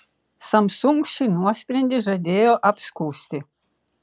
samsung šį nuosprendį žadėjo apskųsti